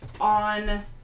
on